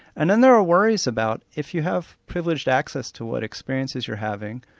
and then there are worries about if you have privileged access to what experiences you're having